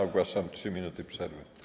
Ogłaszam 3 minuty przerwy.